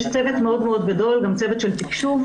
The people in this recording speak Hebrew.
יש צוות מאוד מאוד גדול גם צוות של תקשוב,